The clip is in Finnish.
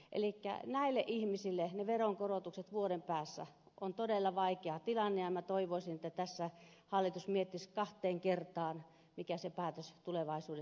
elikkä näille ihmisille ne veronkorotukset vuoden päästä ovat todella vaikea tilanne ja toivoisin että tässä hallitus miettisi kahteen kertaan mikä se päätös tulevaisuudessa on